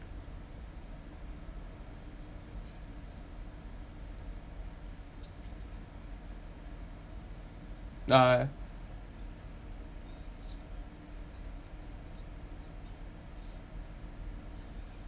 lah